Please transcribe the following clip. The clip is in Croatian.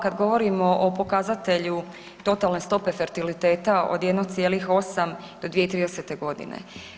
Kad govorimo o pokazatelju totalne stope fertiliteta od 1,8 do 2030. godine.